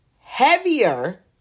heavier